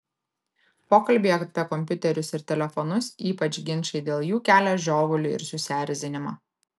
pokalbiai apie kompiuterius ir telefonus ypač ginčai dėl jų kelia žiovulį ir susierzinimą